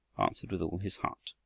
answered with all his heart